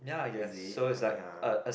is he ya